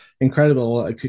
incredible